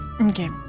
Okay